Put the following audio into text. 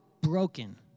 broken